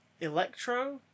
Electro